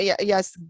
yes